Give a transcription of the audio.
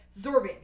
Zorbing